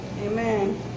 Amen